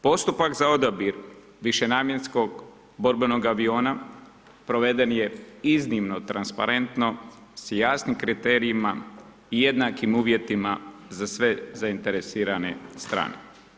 Postupak za odabir višenamjenskog borbenog aviona proveden je iznimno transparentno s jasnim kriterijima i jednakim uvjetima za sve zainteresirane strane.